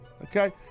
okay